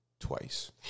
twice